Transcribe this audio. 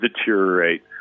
deteriorate